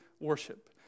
worship